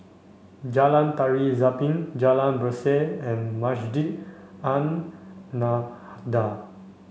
Jalan Tari Zapin Jalan Berseh and Masjid An